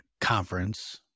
conference